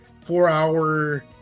four-hour